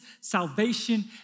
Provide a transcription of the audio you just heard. salvation